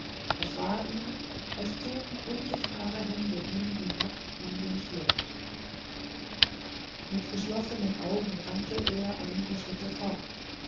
es war ihm als zögen unsichtbare hände ihn hinab in den schlund mit geschlossenen augen rannte er einige schritte fort